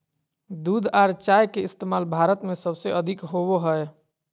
दूध आर चाय के इस्तमाल भारत में सबसे अधिक होवो हय